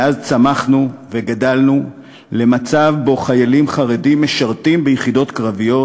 מאז צמחנו וגדלנו למצב שבו חיילים חרדים משרתים ביחידות קרביות,